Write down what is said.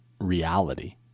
reality